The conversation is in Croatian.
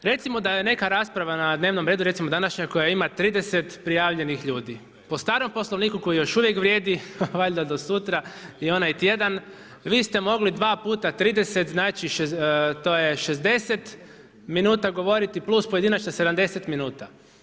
Recimo da je neka rasprava na dnevnom redu recimo današnja koja ima 30 prijavljenih ljudi, po starom Poslovniku koji još uvijek vrijedi valjda do sutra i onaj tjedan vi ste mogli dva puta 30 to je 60 minuta govoriti plus pojedinačno 70 minuta.